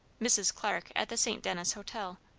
mrs. clarke, at the st. denis hotel.